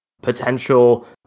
potential